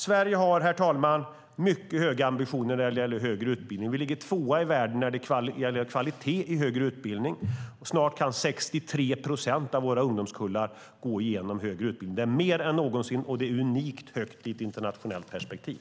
Sverige har, herr talman, mycket höga ambitioner när det gäller högre utbildning. Vi ligger tvåa i världen när det gäller kvalitet i högre utbildning, och snart kan 63 procent av våra ungdomskullar gå igenom högre utbildning. Det är mer än någonsin, och det är unikt högt i ett internationellt perspektiv.